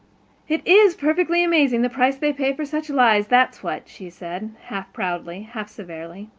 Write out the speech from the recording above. it is perfectly amazing, the price they pay for such lies, that's what, she said, half-proudly, half-severely.